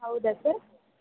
ಹೌದಾ ಸರ್